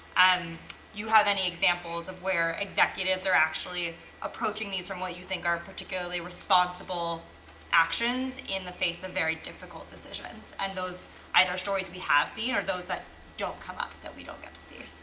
um you have any examples of where executives are actually approaching these from what you think are particularly responsible actions in the face of very difficult decisions. and those either stories we have seen or those that don't come up that we don't get to see.